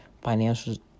financial